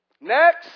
Next